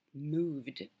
moved